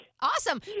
Awesome